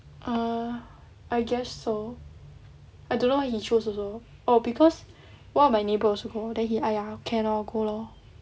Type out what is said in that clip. err I guess so I don't know why he chose also oh because one of my neighbour also go then he !aiya! can lor go lor